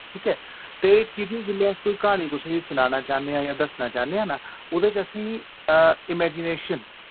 ठीक ऐ ते किसे वेल्लै अस कोई क्हानी कुसेई सनाना चाहने आं यां दस्सना चाहने आं ना उदे च असीं इमेजिनेशन